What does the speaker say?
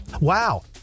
Wow